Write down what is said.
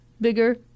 bigger